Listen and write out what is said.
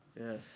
Yes